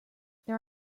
there